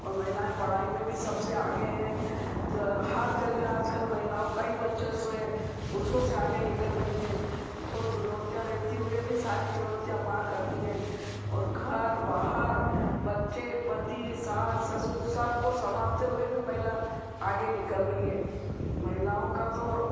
और महिलाएं पढ़ाई में भी सबसे आगे हैं जो हर जगह आज कल महिलाओं का ही वर्चस्व है पुरुषों से आगे निकल गई हैं बहुत चुनौतियाँ रहती हुए भी सारी चुनौतियाँ पार करती हैं और घर बाहर बच्चे पति सास ससुर सबको संभालते हुए भी महिला आगे निकल रही है महिलाओं का तो